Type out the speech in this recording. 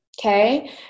Okay